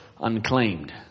Unclaimed